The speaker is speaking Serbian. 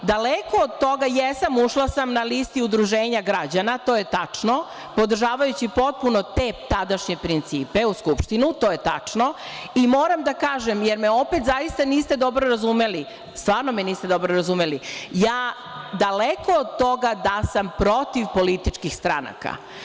Daleko od toga, jesam, ušla sam na listi udruženja građana, to je tačno, podržavajući te tadašnje principe u Skupštinu, to je tačno, i moram da kažem, jer me opet zaista niste dobro razumeli, stvarno me niste dobro razumeli, daleko od toga da sam protiv političkih stranaka.